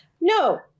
No